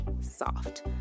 soft